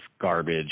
garbage